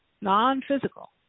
non-physical